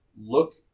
look